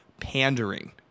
pandering